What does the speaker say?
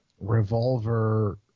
Revolver